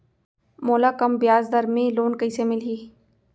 मोला कम ब्याजदर में लोन कइसे मिलही?